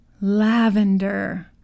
Lavender